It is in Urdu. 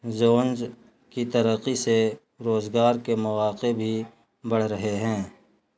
زونز کی ترقی سے روزگار کے مواقع بھی بڑھ رہے ہیں